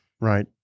right